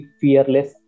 fearless